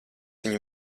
viņu